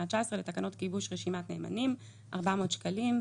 19 לתקנות גיבוש רשימת נאמנים 400 שקלים.